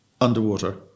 Underwater